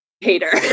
hater